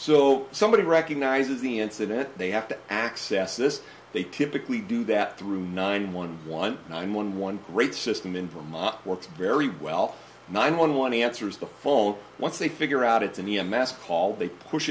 so somebody recognises the incident they have to access this they typically do that through nine one one nine one one great system in vermont works very well nine one one answers the phone once they figure out it's an e m s call they push